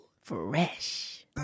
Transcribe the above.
fresh